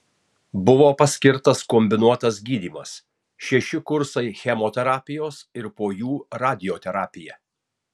buvo paskirtas kombinuotas gydymas šeši kursai chemoterapijos ir po jų radioterapija